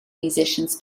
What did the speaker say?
musicians